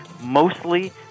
mostly